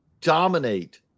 dominate